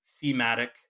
thematic